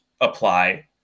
apply